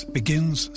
begins